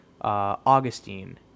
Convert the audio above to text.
Augustine